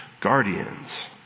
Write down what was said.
guardians